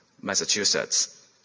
Massachusetts